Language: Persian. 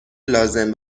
لازم